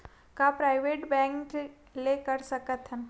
का private bank ले कर सकत हन?